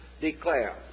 declare